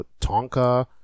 Tonka